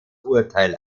urteil